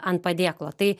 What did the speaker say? ant padėklo tai